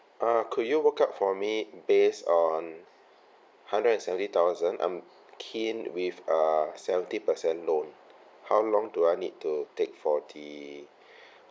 uh could you work out for me based on hundred and seventy thousand I'm keen with uh seventy per cent loan how long do I need to take for the